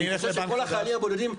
אני חושב שכל החיילים הבודדים ייפגעו.